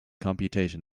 computation